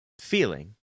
feeling